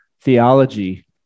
theology